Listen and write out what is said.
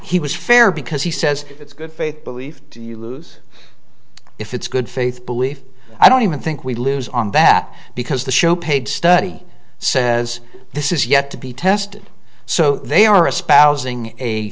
he was fair because he says it's good faith belief you lose if it's good faith belief i don't even think we lose on that because the show paid study says this is yet to be tested so they a